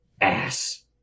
ass